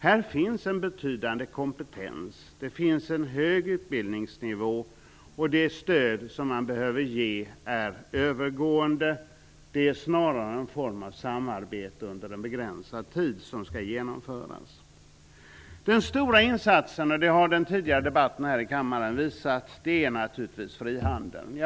Där finns en betydande kompetens och en hög utbildningsnivå, och det stöd som man behöver ge är av övergående natur. Det är snarare en form av samarbete under en begränsad som skall genomföras. Den stora insatsen är, som den tidigare debatten här i kammaren har visat, naturligtvis frihandeln.